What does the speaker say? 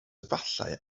efallai